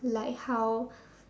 like how